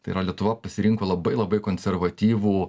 tai yra lietuva pasirinko labai labai konservatyvų